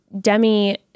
Demi